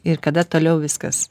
ir kada toliau viskas